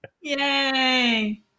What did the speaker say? Yay